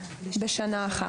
בשנה אחת.